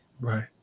right